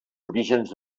orígens